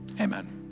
amen